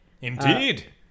Indeed